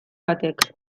batek